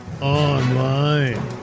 online